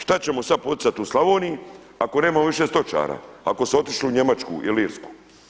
Šta ćemo sada poticati u Slavoniji ako nemamo više stočara ako su otišli u Njemačku ili Irsku?